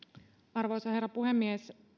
arvoisa herra puhemies